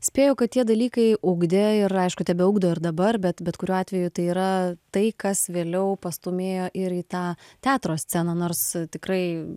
spėju kad tie dalykai ugdė ir aišku tebeugdo ir dabar bet bet kuriuo atveju tai yra tai kas vėliau pastūmėjo ir į tą teatro sceną nors tikrai